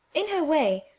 in her way,